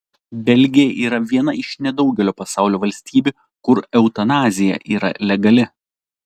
belgija yra viena iš nedaugelio pasaulio valstybių kur eutanazija yra legali